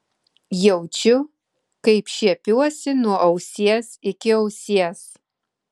jaučiu kaip šiepiuosi nuo ausies iki ausies